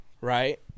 right